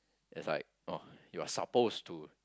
it's like oh you're supposed to